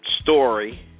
story